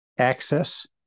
access